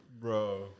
Bro